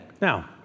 Now